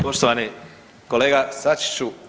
Poštovani kolega Sačiću.